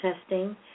testing